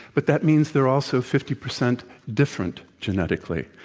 but that means they're also fifty percent different genetically.